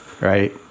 Right